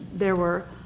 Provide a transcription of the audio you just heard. there were.